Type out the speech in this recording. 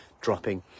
dropping